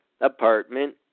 apartment